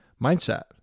mindset